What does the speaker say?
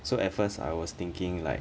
so at first I was thinking like